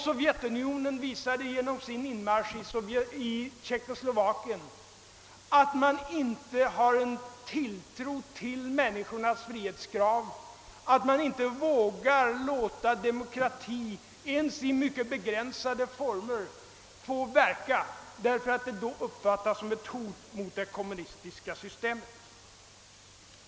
Sovjetunionen visade genom sin inmarsch i Tjeckoslovakien, att man inte har tilltro till människornas frihetskrav och att man inte vågar låta demokrati få verka ens i mycket begränsade former, därför att detta uppfattas som ett hot mot det kommunistiska systemet.